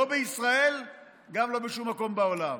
לא בישראל וגם לא בשום מקום בעולם.